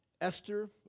Esther